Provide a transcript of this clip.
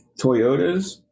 Toyotas